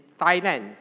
Thailand